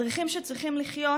מדריכים שצריכים לחיות,